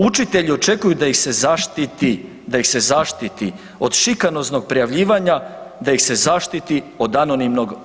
Učitelji očekuju da ih se zaštiti, da ih se zaštiti od šikanoznog prijavljivanja, da ih se zaštiti od anonimnog